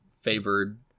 favored